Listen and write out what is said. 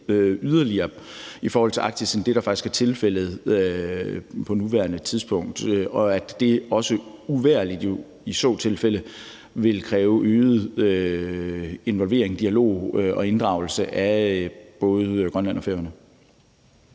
yderligere i forhold til Arktis end det, der faktisk er tilfældet på nuværende tidspunkt, og at det jo i så tilfælde også uvægerlig ville kræve øget involvering af, dialog med og inddragelse af både Grønland og Færøerne.